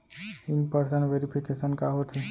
In person verification का होथे?